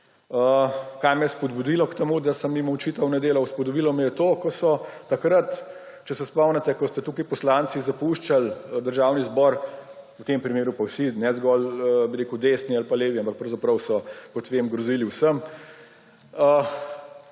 Kaj me je spodbudilo k temu, da sem jim očital nedelo? Spodbudilo me je to, ko so takrat, če se spomnite, ko ste tukaj poslanci zapuščali Državni zbor, v tem primeru pa vsi, ne zgolj desni ali pa levi, ampak pravzaprav so, kot vem, so grozili vsem.